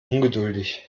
ungeduldig